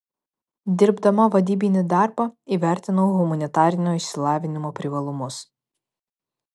dirbdama vadybinį darbą įvertinau humanitarinio išsilavinimo privalumus